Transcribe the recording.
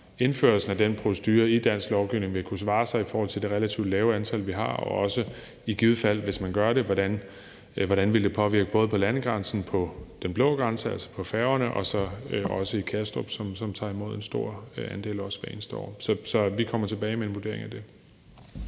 indførelsen af den procedure i dansk lovgivning vil kunne svare sig i forhold til det relativt lave antal, vi har, og også hvordan det i givet fald, hvis man gør det, vil påvirke både på landegrænsen på den blå grænse, altså på færgerne, og også i Kastrup, som også tager imod en stor andel hvert eneste år. Så vi kommer tilbage med en vurdering af det.